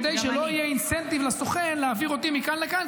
כדי שלא יהיה אינסנטיב לסוכן להעביר אותי מכאן לכאן,